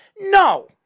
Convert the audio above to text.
No